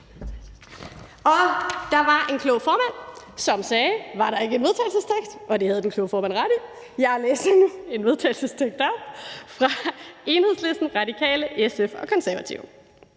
Der var lige en klog formand, som spurgte, om ikke der var en vedtagelsestekst, og det havde den kloge formand ret i. Jeg vil gerne på vegne af Enhedslisten, Radikale, SF og Konservative